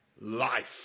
life